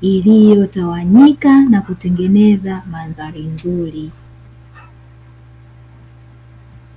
iliyotawanyika na kutengeneza mandhari nzuri.